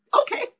okay